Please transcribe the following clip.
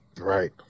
Right